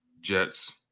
Jets